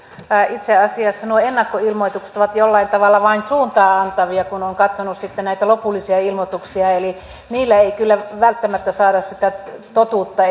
itse asiassa nuo ennakkoilmoitukset ovat jollain tavalla vain suuntaa antavia kun olen katsonut sitten näitä lopullisia ilmoituksia eli niillä ei kyllä välttämättä saada sitä totuutta